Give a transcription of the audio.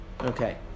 Okay